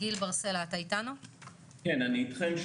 סלע, בבקשה.